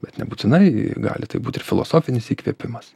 bet nebūtinai gali tai būt ir filosofinis įkvėpimas